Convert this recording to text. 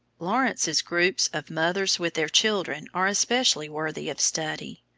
lawrence's groups of mothers with their children are especially worthy of study.